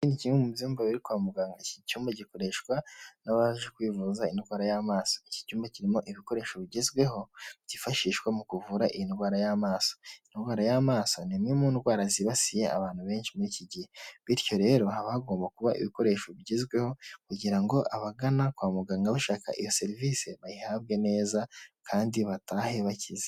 Iki ni kimwe mu byumba biri kwa muganga, iki cyumba gikoreshwa n'abaje kwivuza indwara y'amaso, iki cyumba kirimo ibikoresho bigezweho, byifashishwa mu kuvura iyi ndwara y'amaso, indwara y'amaso ni imwe mu ndwara zibasiye abantu benshi muri iki gihe, bityo rero haba hagomba kuba ibikoresho bigezweho kugira ngo abagana kwa muganga bashaka iyo serivisi bayihabwe neza, kandi batahe bakize.